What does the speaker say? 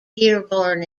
dearborn